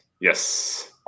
Yes